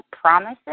promises